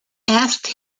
asks